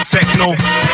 Techno